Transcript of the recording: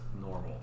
normal